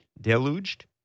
Deluged